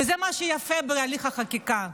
זה מה שיפה בהליך החקיקה.